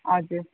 हजुर